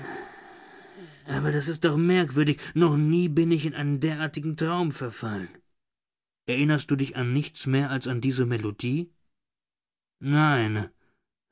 aber das ist doch merkwürdig noch nie bin ich in einen derartigen traum verfallen erinnerst du dich an nichts mehr als an diese melodie nein